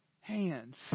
hands